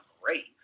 great